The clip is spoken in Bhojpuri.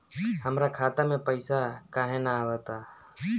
हमरा खाता में पइसा काहे ना आव ता?